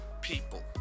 people